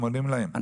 אנחנו עונים להם.